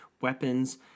weapons